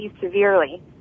severely